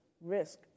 risk